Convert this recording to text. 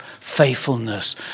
faithfulness